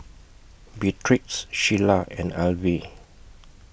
Beatrix Shelia and Alvy